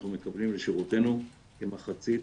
אנחנו מקבלים לשירותנו כמחצית